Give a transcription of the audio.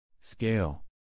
Scale